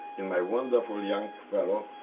and my wonderful young fellow,